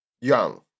young